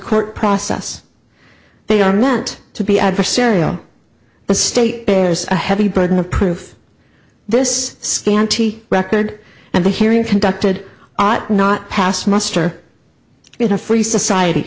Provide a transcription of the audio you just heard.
court process they are meant to be adversarial the state bears a heavy burden of proof this scanty record and the hearing conducted ought not pass muster in a free society